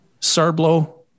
Sarblo